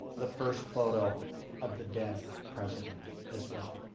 the first photo of the dead president as well.